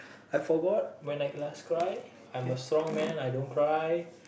I forgot when I last cry I'm a strong man I don't cry